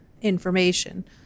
information